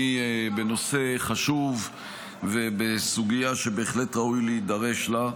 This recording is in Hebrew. בנושא חשוב ובסוגיה שבהחלט ראוי להידרש לה.